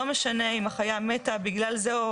לא משנה אם החיה מתה בגלל זה.